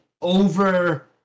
over